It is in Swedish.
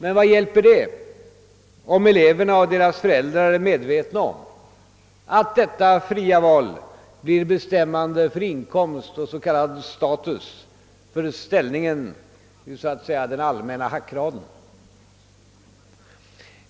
Men vad hjälper det, om eleverna och deras föräldrar är medvetna om att detta fria val blir bestämmande för inkomst och s.k. status, för ställningen i den allmänna hackraden så att säga?